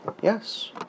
Yes